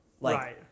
Right